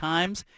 Times